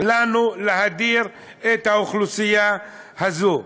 לנו להדיר את האוכלוסייה הזו.